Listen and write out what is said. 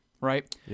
right